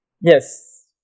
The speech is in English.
Yes